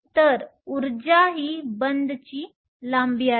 तर ऊर्जा विरुद्ध बंधची लांबी आहे